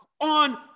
on